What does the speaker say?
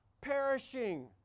perishing